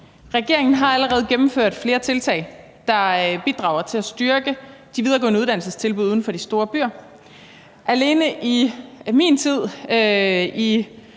Regeringen har allerede gennemført flere tiltag, der bidrager til at styrke de videregående uddannelsestilbud uden for de store byer. Alene i min tid